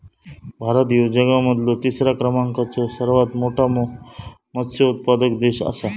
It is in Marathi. भारत ह्यो जगा मधलो तिसरा क्रमांकाचो सर्वात मोठा मत्स्य उत्पादक देश आसा